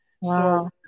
Wow